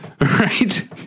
right